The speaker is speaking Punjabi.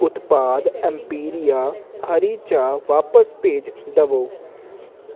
ਉਤਪਾਦ ਐਮਪੀਰੀਆ ਹਰੀ ਚਾਹ ਵਾਪਸ ਭੇਜ ਦਵੋ